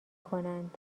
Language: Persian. کنند